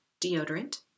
Deodorant